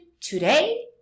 today